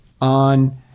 on